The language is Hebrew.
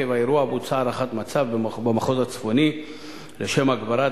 עקב האירוע בוצעה הערכת מצב במחוז הצפוני לשם הגברת